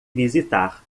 visitar